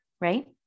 right